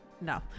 No